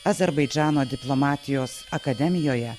azerbaidžano diplomatijos akademijoje